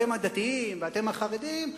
אתם הדתיים ואתם החרדים,